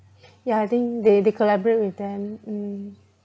yeah I think they they collaborate with them mm